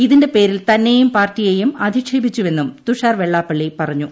ഇതിന്റെ പേരിൽ തന്നെയും പാർട്ടിയെയും അധിക്ഷേപിച്ചുവെന്നും തുഷാർ വെള്ളാപ്പള്ളി പറഞ്ഞു